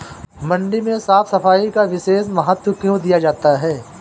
मंडी में साफ सफाई का विशेष महत्व क्यो दिया जाता है?